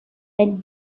elle